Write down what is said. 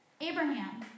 Abraham